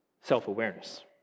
self-awareness